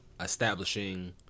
establishing